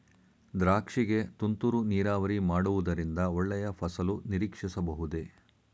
ದ್ರಾಕ್ಷಿ ಗೆ ತುಂತುರು ನೀರಾವರಿ ಮಾಡುವುದರಿಂದ ಒಳ್ಳೆಯ ಫಸಲು ನಿರೀಕ್ಷಿಸಬಹುದೇ?